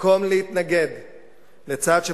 במקום להתנגד לצעד,